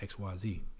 XYZ